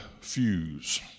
fuse